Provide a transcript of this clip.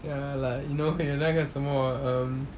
ya like you know 有那个什么 um